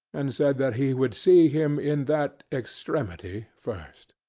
and said that he would see him in that extremity first.